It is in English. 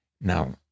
Now